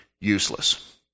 useless